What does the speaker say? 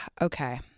okay